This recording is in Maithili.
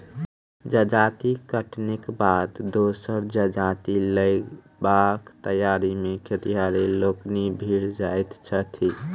जजाति कटनीक बाद दोसर जजाति लगयबाक तैयारी मे खेतिहर लोकनि भिड़ जाइत छथि